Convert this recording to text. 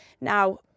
Now